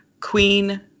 Queen